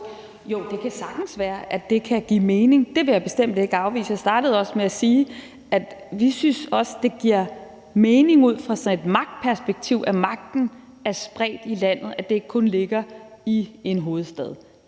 Jo, det kan sagtens være, at det kan give mening; det vil jeg bestemt ikke afvise. Jeg startede også med at sige, at vi også synes, det giver mening ud fra sådan et magtperspektiv, at magten er spredt i landet; at de arbejdspladser ikke kun ligger i hovedstaden.